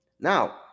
Now